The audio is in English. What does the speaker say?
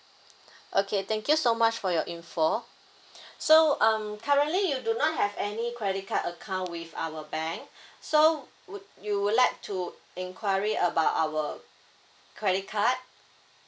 okay thank you so much for your info so um currently you do not have any credit card account with our bank so would you would like to enquiry about our credit card